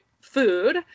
food